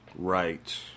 Right